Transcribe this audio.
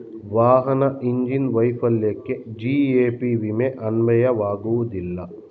ವಾಹನದ ಇಂಜಿನ್ ವೈಫಲ್ಯಕ್ಕೆ ಜಿ.ಎ.ಪಿ ವಿಮೆ ಅನ್ವಯವಾಗುವುದಿಲ್ಲ